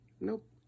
Nope